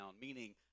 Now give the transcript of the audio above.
Meaning